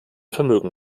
vermögen